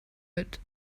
mit